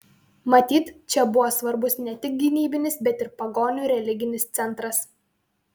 matyt čia buvo svarbus ne tik gynybinis bet ir pagonių religinis centras